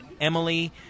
Emily